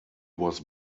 was